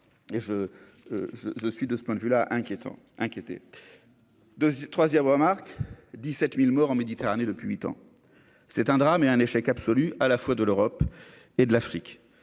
je, je suis de ce point de vue-là inquiétant de 3ème remarque 17000 morts en Méditerranée depuis 8 ans, c'est un drame et un échec absolu à la fois de l'Europe et de l'Afrique,